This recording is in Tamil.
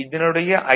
இதனுடைய ஐ